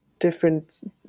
different